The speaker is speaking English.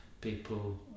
people